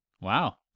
Wow